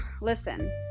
Listen